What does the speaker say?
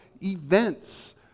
events